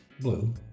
Blue